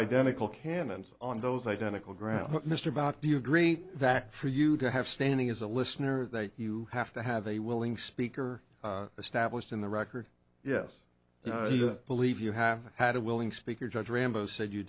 identical canons on those identical grounds mr about do you agree that for you to have standing as a listener that you have to have a willing speaker established in the record yes you believe you have had a willing speaker judge rambo said you